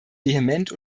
vehement